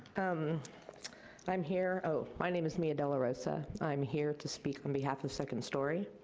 um i'm here, oh, my name is mia de la rosa. i'm here to speak on behalf of second story.